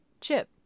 Chip